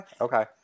okay